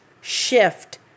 shift